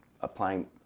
applying